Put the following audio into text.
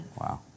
Wow